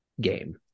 game